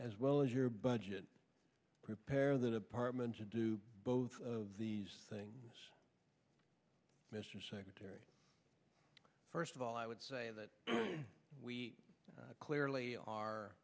as well as your budget prepare the department to do both of these things mr secretary first of all i would say that we clearly